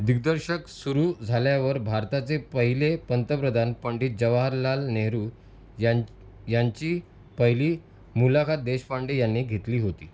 दिग्दर्शक सुरू झाल्यावर भारताचे पहिले पंतप्रधान पंडित जवाहरलाल नेहरू यां यांची पहिली मुलाखत देशपांडे यांनी घेतली होती